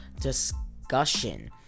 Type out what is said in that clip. discussion